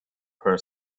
her